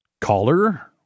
Caller